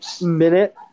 minute